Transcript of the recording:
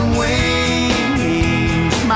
wings